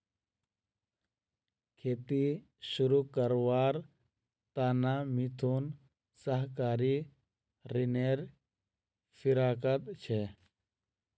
खेती शुरू करवार त न मिथुन सहकारी ऋनेर फिराकत छ